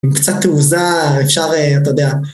עם קצת תעוזה אפשר אה.. אתה יודע